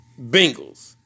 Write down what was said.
Bengals